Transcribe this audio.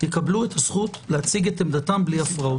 יקבלו את הזכות לעשות זאת ללא הפרעות.